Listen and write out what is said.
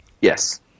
Yes